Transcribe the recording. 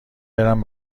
برم